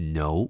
no